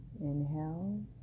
Inhale